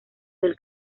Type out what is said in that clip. del